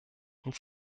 und